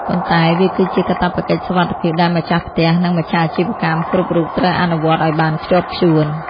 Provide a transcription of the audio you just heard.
ប៉ុន្តែវាគឺជាកាតព្វកិច្ចសុវត្ថិភាពដែលម្ចាស់ផ្ទះ និងម្ចាស់អាជីវកម្មគ្រប់រូបត្រូវអនុវត្តឱ្យបានខ្ជាប់ខ្ជួន។